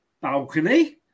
balcony